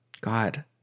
God